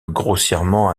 grossièrement